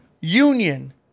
union